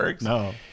No